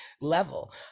level